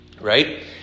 right